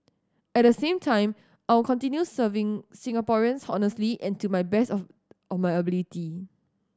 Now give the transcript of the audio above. at the same time I will continue serving Singaporeans honestly and to my best of of my ability